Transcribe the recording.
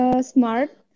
smart